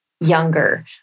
younger